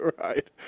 Right